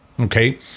okay